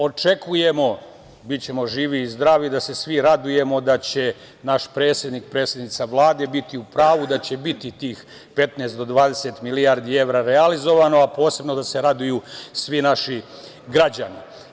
Očekujemo, bićemo živi i zdravi da se svi radujemo da će naš predsednik, predsednica Vlade biti u pravu, da će biti tih 15 do 20 milijardi evra realizovano, posebno da se raduju svi naši građani.